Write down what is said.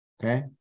Okay